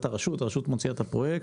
הרשות מקבלת תקציב ומוציאה את הפרויקט.